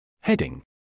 Heading